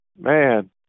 man